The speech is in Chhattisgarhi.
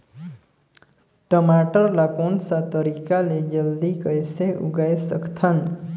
टमाटर ला कोन सा तरीका ले जल्दी कइसे उगाय सकथन?